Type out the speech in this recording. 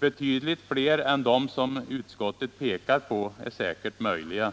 Betydligt fler än de som utskottet pekar på är säkert möjliga.